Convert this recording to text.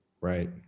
right